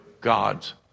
God's